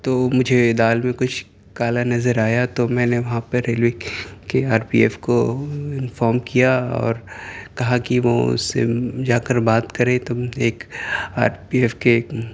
تو مجھے دال میں کچھ کالا نظر آیا تو میں نے وہاں پر ریلوے کے آر پی ایف کو انفام کیا اور کہا کہ وہ اس سے جا کر بات کریں تو ایک آر پی ایف کے